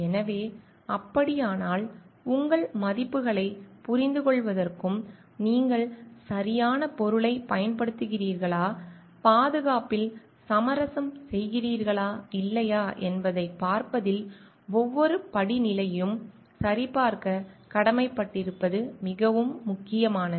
எனவே அப்படியானால் உங்கள் மதிப்புகளைப் புரிந்துகொள்வதும் நீங்கள் சரியான பொருளைப் பயன்படுத்துகிறீர்களா பாதுகாப்பில் சமரசம் செய்கிறீர்களா இல்லையா என்பதைப் பார்ப்பதில் ஒவ்வொரு படிநிலையையும் சரிபார்க்க கடமைப்பட்டிருப்பது மிகவும் முக்கியமானது